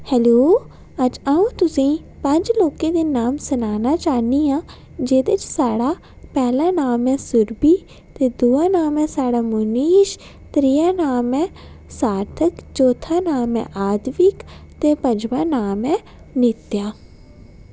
hello अज्ज अं'ऊ तुसेंगी पंज लोकें दे नाम सनाना चाह्न्नी आं जेह्दे च साढ़ा पैह्ला नाम ऐ सुरभि ते दूआ नाम ऐ साढ़ा मुनीश त्रीआ नाम ऐ सार्थक ते चौथा नाम ऐ आदविक ते पजमां नाम ऐ नित्या